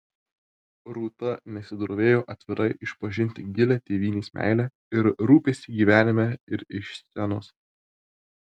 rūta nesidrovėjo atvirai išpažinti gilią tėvynės meilę ir rūpestį gyvenime ir iš scenos